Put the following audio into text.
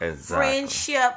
friendship